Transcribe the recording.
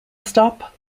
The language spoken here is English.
stop